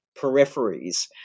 peripheries